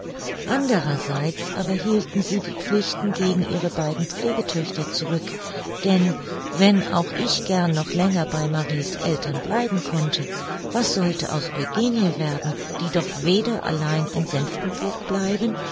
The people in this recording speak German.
andererseits aber hielten sie die pflichten gegen ihre beiden pflegetöchter zurück denn wenn auch ich gern noch länger bei marie's eltern bleiben konnte was sollte aus eugenie werden die doch weder allein in senftenburg bleiben